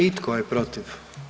I tko je protiv?